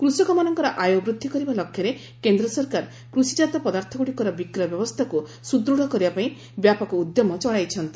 କୂଷକମାନଙ୍କର ଆୟ ବୃଦ୍ଧି କରିବା ଲକ୍ଷ୍ୟରେ କେନ୍ଦ୍ର ସରକାର କୃଷିଜାତ ପଦାର୍ଥଗୁଡ଼ିକର ବିକ୍ରୟ ବ୍ୟବସ୍ଥାକୁ ସୁଦୃଢ଼ କରିବା ପାଇଁ ବ୍ୟାପକ ଉଦ୍ୟମ ଚଳାଇଛନ୍ତି